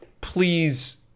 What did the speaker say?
Please